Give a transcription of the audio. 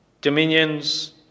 dominions